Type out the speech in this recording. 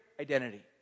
identity